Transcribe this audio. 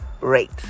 rate